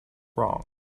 wrong